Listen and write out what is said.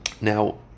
now